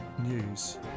News